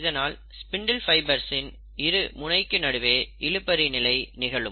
இதனால் ஸ்பிண்டில் ஃபைபர்சின் இரு முனைகளுக்கு நடுவே இழுபறி நிலை நிகழும்